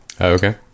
Okay